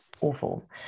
Awful